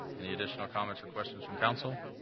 any additional comments for questions from council?